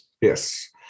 yes